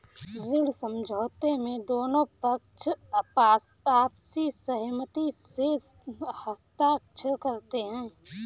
ऋण समझौते में दोनों पक्ष आपसी सहमति से हस्ताक्षर करते हैं